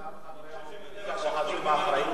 גם חברי האופוזיציה נוהגים באחריות,